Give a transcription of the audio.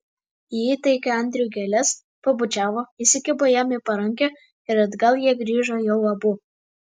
ji įteikė andriui gėles pabučiavo įsikibo jam į parankę ir atgal jie grįžo jau abu